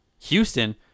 Houston